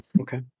Okay